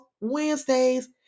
Wednesdays